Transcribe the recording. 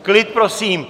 Klid prosím .